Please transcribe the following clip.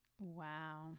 Wow